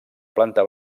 planta